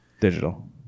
digital